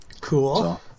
Cool